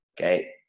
Okay